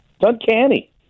uncanny